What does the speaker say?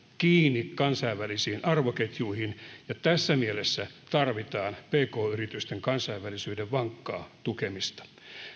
kiinni kansainvälisiin arvoketjuihin ja tässä mielessä tarvitaan pk yritysten kansainvälisyyden vankkaa tukemista